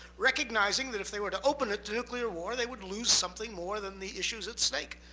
recognizing that if they were to open it to nuclear war, they would lose something more than the issues at stake.